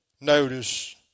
notice